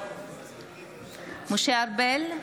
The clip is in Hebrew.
משה ארבל,